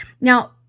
Now